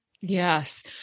Yes